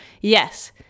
yes